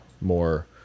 more